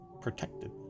protected